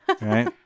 right